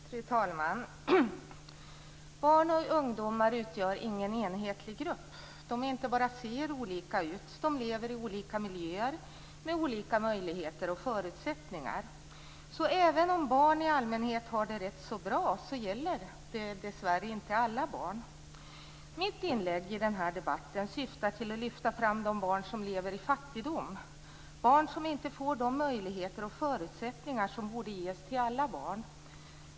Fru talman! Barn och ungdomar utgör ingen enhetlig grupp. De inte bara ser olika ut - de lever i olika miljöer med olika möjligheter och förutsättningar. Så även om barn i allmänhet har det rätt bra gäller det dessvärre inte alla barn. Mitt inlägg i denna debatt syftar till att lyfta fram de barn som lever i fattigdom - barn som inte får de möjligheter och förutsättningar som borde ges till alla barn.